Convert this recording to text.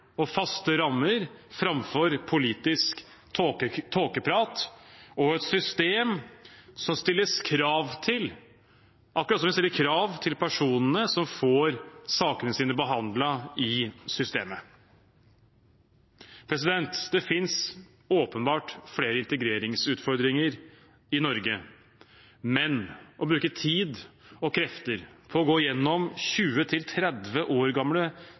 og faste rammer framfor politisk tåkeprat – og et system som det stilles krav til, akkurat som vi stiller krav til personene som får sakene sine behandlet i systemet. Det finnes flere integreringsutfordringer i Norge, men å bruke tid og krefter på å gå igjennom 20–30 år gamle